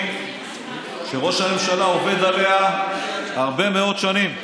היסטורית, שראש הממשלה עובד עליה הרבה מאוד שנים.